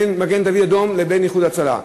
בין מגן-דוד-אדום לבין "איחוד הצלה".